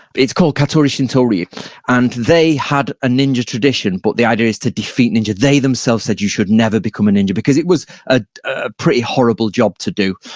it's call katori shinto ryu and they had a ninja tradition, but the idea is to defeat ninja. they themselves said you should never become a ninja because it was ah a pretty horrible job to do.